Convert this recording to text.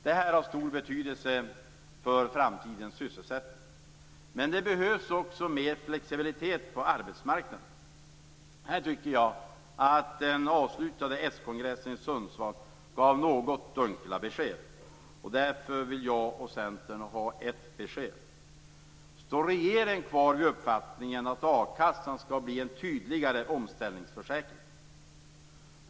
Det har stor betydelse för framtidens sysselsättning. Men det behövs också mer flexibilitet på arbetsmarknaden. Här tycker jag att den nyss avslutade s-kongressen i Sundsvall gav något dunkla besked. Därför vill jag och Centern ha ett besked: Står regeringen kvar vid uppfattningen att a-kassan skall bli en tydligare omställningsförsäkring?